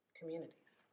communities